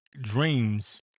dreams